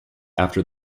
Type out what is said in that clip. after